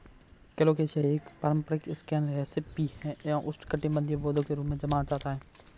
colocasia एक पारंपरिक snack recipe है एक उष्णकटिबंधीय पौधा के रूप में जाना जाता है